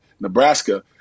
Nebraska